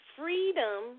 freedom